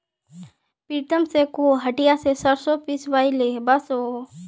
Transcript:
प्रीतम स कोहो हटिया स सरसों पिसवइ ले वस बो